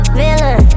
villain